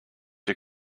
you